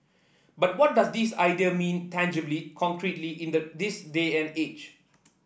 but what does these ideas mean tangibly concretely in the this day and age